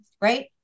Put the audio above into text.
right